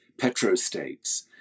petrostates